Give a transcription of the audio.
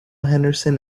henderson